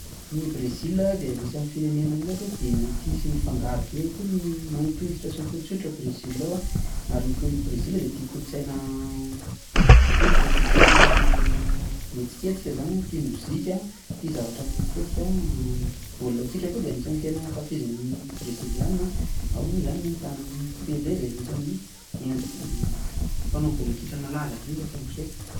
I Brezil dia anisan'ny firenena hitako hoe be metisy mifangaro be ihany koa ny mainty hoditra sy ny fotsy hoditra ao Bresil ao an. ary i Brezil dia tia kolontsaina ohatran'ny hoe tropikala somary mihetsiketsika ihany an, tia mozika, tia zavatra mihetsiketsika, ny baolina kitra koa dia tena anisan'ny tena hankafizin'ny breziliana ao moa zany no ahitana an'i Pele izay anisan'ny mpanao baolina kitra nalaza indrindra hatramin'izao.